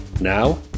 Now